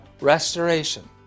restoration